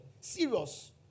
Serious